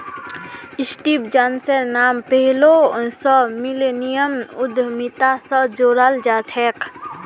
Steve जॉब्सेर नाम पैहलौं स मिलेनियम उद्यमिता स जोड़ाल जाछेक